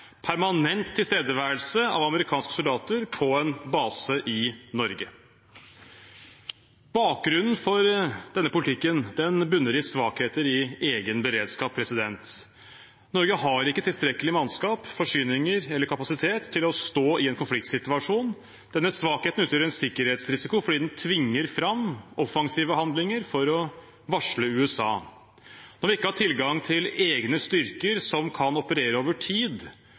permanent tilstedeværelse av amerikanske soldater på en base i Norge. Bakgrunnen for denne politikken bunner i svakheter i egen beredskap. Norge har ikke tilstrekkelig mannskap, forsyninger eller kapasitet til å stå i en konfliktsituasjon. Denne svakheten utgjør en sikkerhetsrisiko fordi den tvinger fram offensive handlinger for å varsle USA. Når vi ikke har tilgang til egne styrker som kan operere over tid,